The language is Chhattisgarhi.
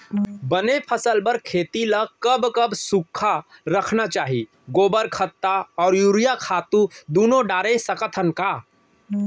बने फसल बर खेती ल कब कब सूखा रखना चाही, गोबर खत्ता और यूरिया खातू दूनो डारे सकथन का?